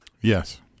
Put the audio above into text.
yes